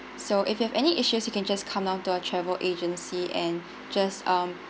so if you have any issues you can just come down to our travel agency and just um